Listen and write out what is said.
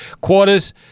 Quarters